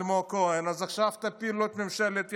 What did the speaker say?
אלמוג כהן: אז עכשיו תפילו את ממשלת הימין,